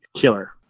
killer